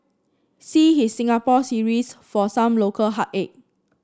see his Singapore series for some local heartache